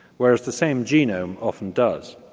whereas the same genome often does.